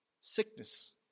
sickness